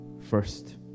first